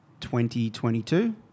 2022